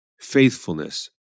faithfulness